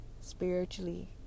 Spiritually